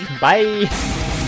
bye